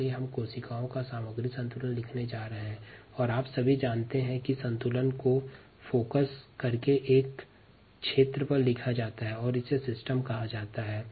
इसलिए हम कोशिका का सामग्री संतुलन लिखने जा रहे हैं और आप सभी जानते हैं कि संतुलन को रीजन ऑफ फोकस या केंद्र बिंदु के क्षेत्र पर लिखा जाता है और इसे तंत्र कहा जाता है